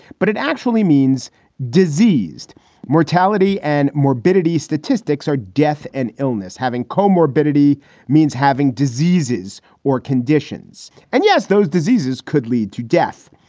but it actually means disease mortality and morbidity. statistics are death and illness. having comorbidity means having diseases or conditions. and yes, those diseases could lead to death.